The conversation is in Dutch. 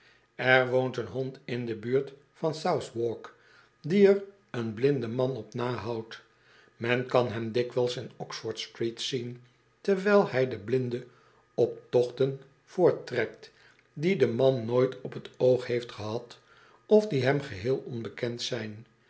er woont een hond in de buurt van southwark die er een blinden man op nahoudt men kan hem dikwijls in oxford street zien terwijl hij den blinde up tochten voorttrekt die de man nooit op t oog heeft gehad of die hem geheel onbekend zyn zijn